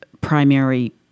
primary